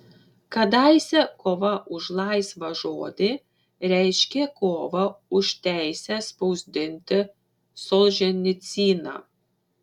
kadaise kova už laisvą žodį reiškė kovą už teisę spausdinti solženicyną